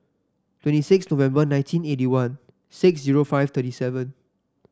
twenty six November nineteen eighty one six zero five thirty seven